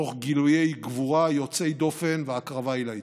תוך גילויי גבורה יוצאי דופן והקרבה עילאית.